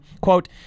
Quote